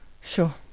sure